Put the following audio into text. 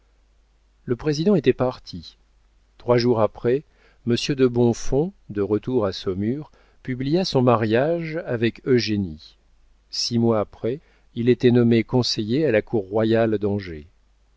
le président était parti trois jours après monsieur de bonfons de retour à saumur publia son mariage avec eugénie six mois après il était nommé conseiller à la cour royale d'angers